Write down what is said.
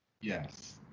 Yes